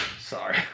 Sorry